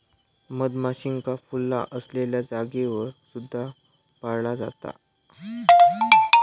मधमाशींका फुला असलेल्या जागेवर सुद्धा पाळला जाता